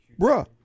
bruh